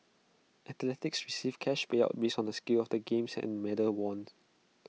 athletes receive cash payouts based on the scale of the games and medals won